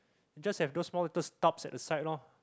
just have those small little stuffs at the side loh